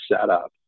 setup